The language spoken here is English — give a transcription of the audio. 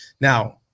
now